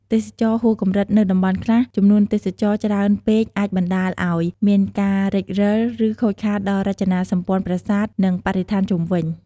ទេសចរណ៍ហួសកម្រិត នៅតំបន់ខ្លះ ចំនួនភ្ញៀវទេសចរច្រើនពេកអាចបណ្ដាលឱ្យមានការរេចរឹល ឬខូចខាតដល់រចនាសម្ព័ន្ធប្រាសាទ និងបរិស្ថានជុំវិញ។